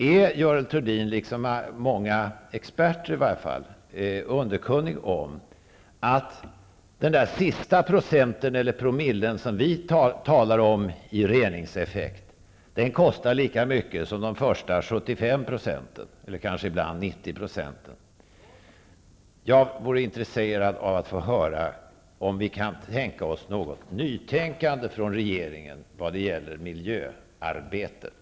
Är Görel Thurdin, liksom åtminstone många experter, underkunnig om att den där sista procenten eller promillen som vi talar om i reningseffekt kostar lika mycket som de första 75 procenten eller kanske ibland 90 procenten? Jag vore intresserad av att få höra om vi kan tänka oss något nytänkande från regeringen när det gäller miljöarbetet.